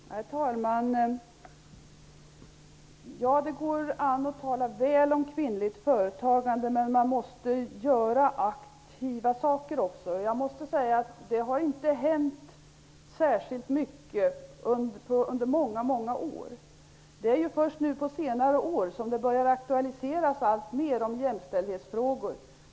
Herr talman! Det går an att tala väl om kvinnligt företagande, men man måste göra något aktivt också. Det har inte hänt särskilt mycket under många, många år. Det är först nu på senare år som jämställdhetsfrågor börjar aktualiseras alltmer.